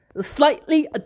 Slightly